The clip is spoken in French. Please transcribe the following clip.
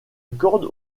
corde